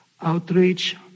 Outreach